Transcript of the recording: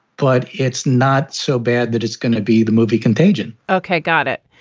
but it's not so bad that it's going to be the movie contagion okay. got it.